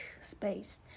space